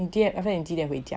after that 你几点几点回家